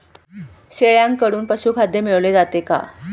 शेळ्यांकडून पशुखाद्य मिळवले जाते का?